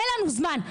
אין לנו זמן,